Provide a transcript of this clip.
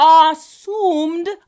assumed